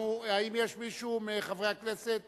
האם יש מישהו מחברי הכנסת